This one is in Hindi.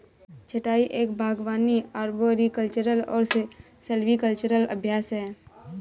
छंटाई एक बागवानी अरबोरिकल्चरल और सिल्वीकल्चरल अभ्यास है